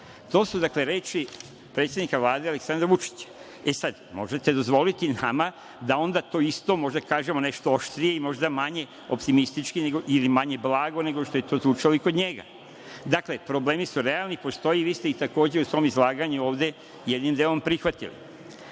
To su, dakle, reči predsednika Vlade Aleksandra Vučića. E sad, možete dozvolite nama da onda to isto možda kažemo nešto oštrije i možda manje optimistički ili manje blago nego što je to zvučalo kod njega. Dakle, problemi su realni, postoje i vi ste ih takođe u svom izlaganju ovde jednim delom prihvatili.